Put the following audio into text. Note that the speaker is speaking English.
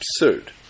absurd